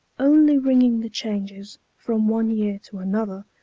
only ringing the changes, from one year to another,